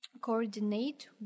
coordinate